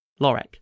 Lorek